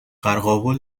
قرقاول